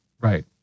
Right